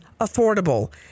affordable